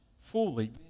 fully